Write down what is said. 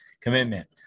commitment